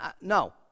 No